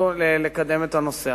את הנושא.